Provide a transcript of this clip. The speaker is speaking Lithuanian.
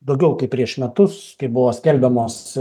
daugiau kaip prieš metus kai buvo skelbiamos